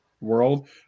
world